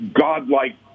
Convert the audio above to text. godlike